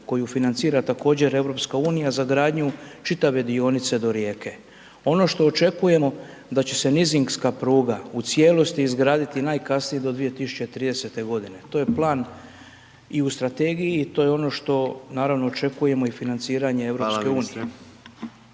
koju financira također, EU za gradnju čitave dionice do Rijeke. Ono što očekujemo da će se .../nerazumljivo/... pruga u cijelosti izgraditi najkasnije do 2030. g., to je plan i u strategiji, to je ono što naravno očekujemo i financiranje EU. **Jandroković,